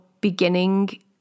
beginning